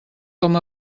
com